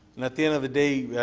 and at the end of the day,